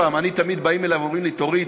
תמיד באים אלי ואומרים לי: תוריד,